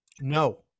No